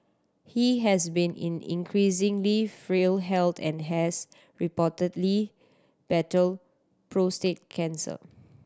he has been in increasingly frail health and has reportedly battled prostate cancer